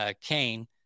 Cain